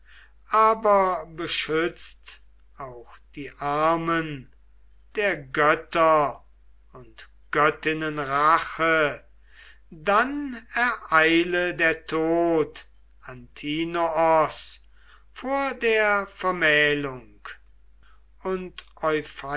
aber beschützt auch die armen der götter und göttinnen rache dann ereile der tod antinoos vor der vermählung und